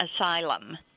asylum